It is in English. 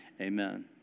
Amen